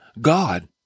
God